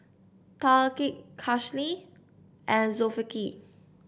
Thaqif Khalish and Zulkifli